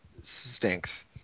stinks